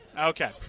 Okay